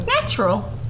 Natural